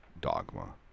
Dogma